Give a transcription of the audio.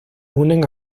unen